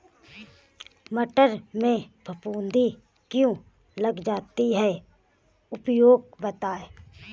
मटर में फफूंदी क्यो लग जाती है उपाय बताएं?